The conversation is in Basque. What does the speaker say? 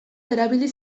erabili